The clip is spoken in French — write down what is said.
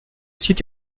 site